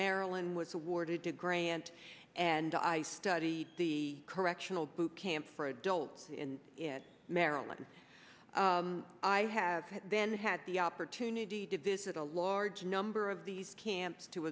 maryland was awarded to grant and i study the correctional boot camp for adults in maryland i have then had the opportunity to visit a large number of these camps to